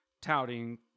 Touting